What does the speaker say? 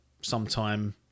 sometime